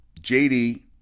JD